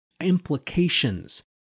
implications